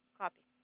copy.